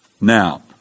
Now